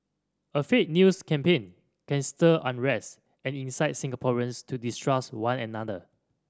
a fake news campaign can stir unrest and incite Singaporeans to distrust one another